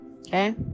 Okay